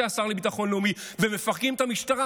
השר לביטחון לאומי ומפרקים את המשטרה,